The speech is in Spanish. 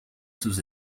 sus